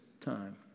time